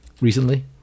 recently